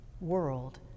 world